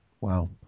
Wow